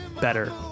better